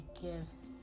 gifts